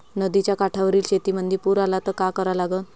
नदीच्या काठावरील शेतीमंदी पूर आला त का करा लागन?